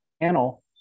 panel